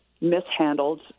mishandled